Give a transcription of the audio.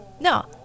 no